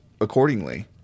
accordingly